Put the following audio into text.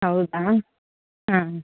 ಹೌದಾ ಹಾಂ